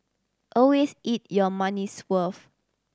always eat your money's worth